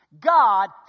God